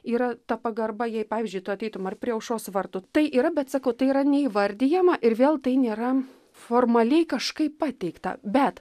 yra ta pagarba jai pavyzdžiui tu ateitum ar prie aušros vartų tai yra bet sakau tai yra neįvardijama ir vėl tai nėra formaliai kažkaip pateikta bet